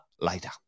later